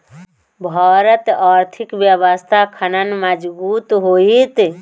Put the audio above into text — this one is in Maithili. भारतक आर्थिक व्यवस्था कखन मजगूत होइत?